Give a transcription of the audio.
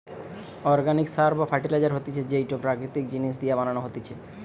organic সার বা fertiliser হতিছে যেইটো প্রাকৃতিক জিনিস দিয়া বানানো হতিছে